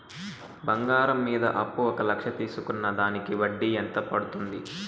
బంగారం మీద అప్పు ఒక లక్ష తీసుకున్న దానికి వడ్డీ ఎంత పడ్తుంది?